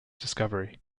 discovery